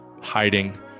hiding